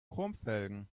chromfelgen